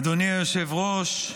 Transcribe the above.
אדוני היושב-ראש,